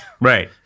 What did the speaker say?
right